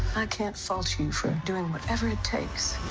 i can't fault you for doing whatever it takes